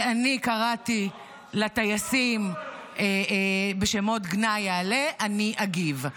שאני קראתי לטייסים בשמות גנאי יעלה, אני אגיב.